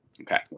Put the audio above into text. Okay